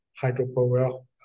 hydropower